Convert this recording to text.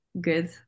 good